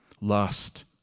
lust